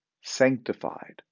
sanctified